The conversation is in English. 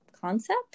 concept